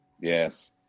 Yes